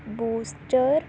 booster